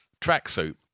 tracksuit